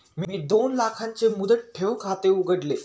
मी दोन लाखांचे मुदत ठेव खाते उघडले